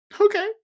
Okay